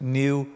new